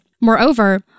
Moreover